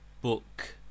Book